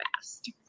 fast